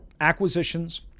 acquisitions